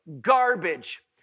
garbage